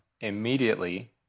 immediately